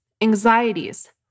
anxieties